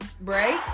break